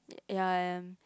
ya I am